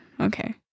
Okay